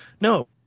No